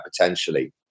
potentially